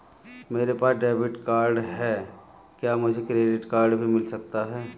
मेरे पास debit card है क्या मुझे क्रेडिट कार्ड भी मिल सकता है?